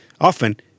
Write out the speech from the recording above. Often